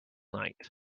night